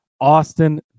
Austin